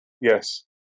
Yes